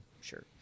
Sure